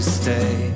stay